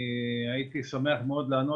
אני הייתי שמח מאוד לענות,